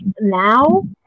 now